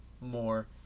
more